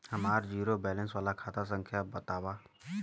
हमार zero balance वाला खाता संख्या वतावा?